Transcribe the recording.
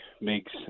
makes